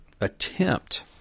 attempt